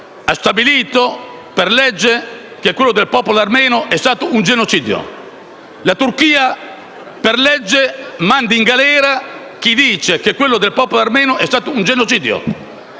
ha stabilito per legge che quello del popolo armeno è stata un genocidio; la Turchia, per legge, manda in galera chi dice che quello del popolo armeno è stato un genocidio.